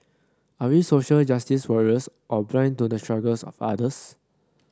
are we social justice warriors or blind to the struggles of others